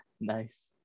Nice